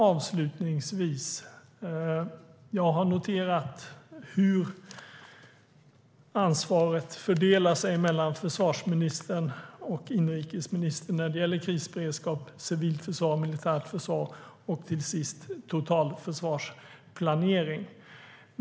Avslutningsvis: Jag har noterat hur ansvaret fördelar sig mellan försvarsministern och inrikesministern när det gäller krisberedskap, civilt försvar, militärt försvar och till sist totalförsvarsplanering.